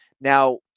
now